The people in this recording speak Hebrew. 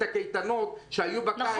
את הקייטנות שהיו בקיץ,